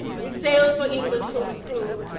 we sailed for england short of crew